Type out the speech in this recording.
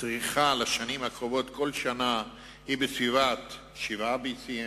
הצריכה לשנים הקרובות כל שנה היא בסביבת 7 BCM,